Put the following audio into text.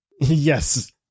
Yes